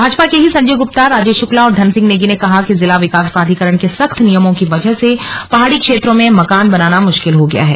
भाजपा के ही संजय गुप्ता राजेश शुक्ला और धन सिंह नगी ने कहा कि जिला विकास प्राधिकरण के सख्त नियमों की वजह से पहाड़ी क्षेत्रों में मकान बनाना मुश्किल हो गया है